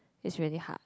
it's really hard